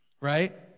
Right